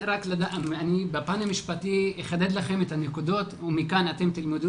אני בפן המשפטי אחדד לכם את הנקודות ומכאן אתם תלמדו